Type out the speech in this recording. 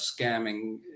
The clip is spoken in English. scamming